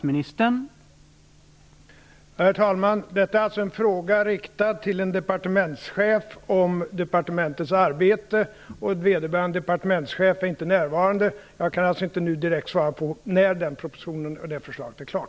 Herr talman! Detta är alltså en fråga riktad till en departementschef om departementets arbete. Vederbörande departementschef är inte närvarande. Jag kan alltså inte nu direkt svara på frågan när den propositionen med det förslaget är klar.